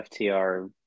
FTR